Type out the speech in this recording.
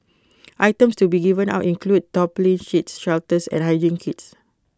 items to be given out include tarpaulin sheets shelters and hygiene kits